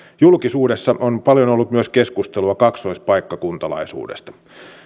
julkisuudessa on paljon ollut myös keskustelua kaksoispaikkakuntalaisuudesta